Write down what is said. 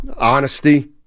Honesty